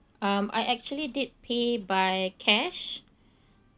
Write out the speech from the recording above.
um I actually did pay by cash